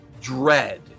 dread